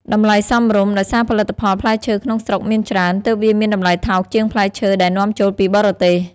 តម្លៃសមរម្យ ដោយសារផលិតផលផ្លែឈើក្នុងស្រុកមានច្រើន ទើបវាមានតម្លៃថោកជាងផ្លែឈើដែលនាំចូលពីបរទេស។